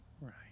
Right